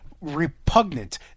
repugnant